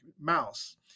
mouse